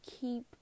Keep